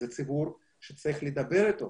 זה ציבור שצריך לדבר איתו,